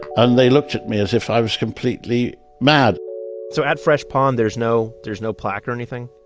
and they looked at me as if i was completely mad so at fresh pond, there's no there's no plaque or anything?